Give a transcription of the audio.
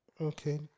Okay